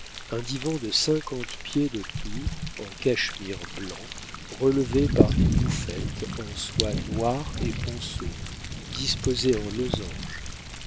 un divan de cinquante pieds de tour en cachemire blanc relevé par des bouffettes en soie noire et ponceau disposées en losanges